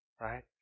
Right